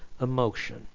emotion